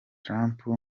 trump